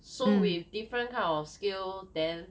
so with different kind of skill then